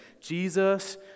Jesus